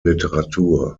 literatur